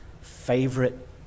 favorite